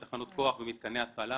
על תחנות כוח, מתקני התפלה.